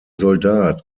soldat